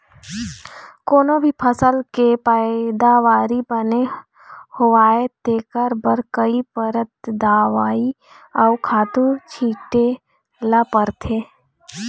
कोनो भी फसल के पइदावारी बने होवय तेखर बर कइ परत दवई अउ खातू छिते ल परथे